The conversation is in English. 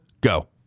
Go